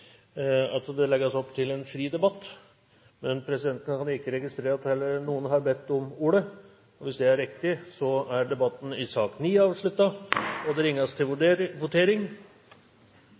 at det legges opp til en fri debatt. Men presidenten kan ikke registrere at noen har tegnet seg. Hvis det er riktig, er det ingen som har bedt om ordet til sak nr. 9. Stortinget går da til votering. Under debatten er det satt fram i